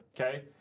okay